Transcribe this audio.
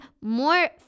more